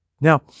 Now